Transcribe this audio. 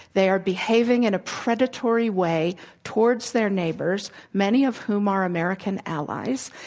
they are behaving in a predatory way towards their neighbors, many of whom are american allies.